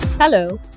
Hello